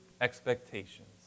expectations